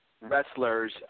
wrestlers –